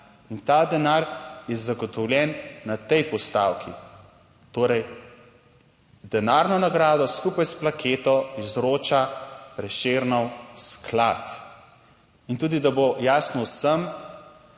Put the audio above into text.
in ta denar je zagotovljen na tej postavki. Torej, denarno nagrado skupaj s plaketo izroča Prešernov sklad in tudi, da bo jasno vsem,